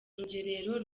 rugerero